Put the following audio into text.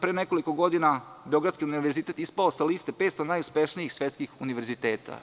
Pre nekoliko godina je Beogradski univerzitet ispao sa liste 500 najuspešnijih univerziteta.